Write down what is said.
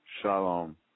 shalom